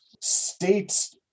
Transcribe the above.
states